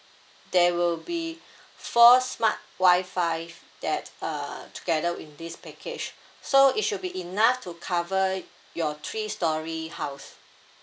there will be four smart wi-fi that uh together in this package so it should be enough to cover your three storey house